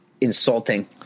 insulting